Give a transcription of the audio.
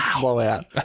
blowout